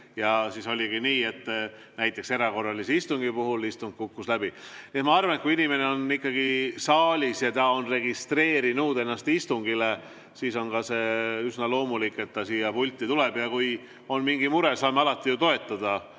Siis oligi nii, et näiteks erakorralise istungi puhul istung kukkus läbi. Nii et ma arvan, et kui inimene on ikkagi saalis ja ta on registreerinud ennast istungile, siis on see ka üsna loomulik, et ta siia pulti tuleb. Ja kui on mingi mure, siis saame alati ju toetada.